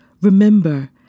Remember